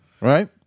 right